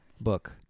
Book